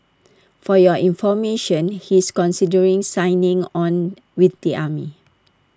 for your information he's considering signing on with the army